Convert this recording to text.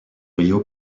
río